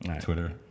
Twitter